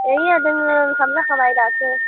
ओइया दङ ओंखाम जाखांबाय दासो